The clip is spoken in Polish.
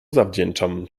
zawdzięczam